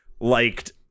liked